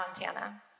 Montana